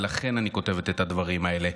ולכן אני כותבת את הדברים האלה,